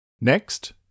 Next